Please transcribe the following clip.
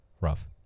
rough